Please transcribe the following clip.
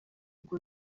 ngo